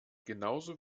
genauso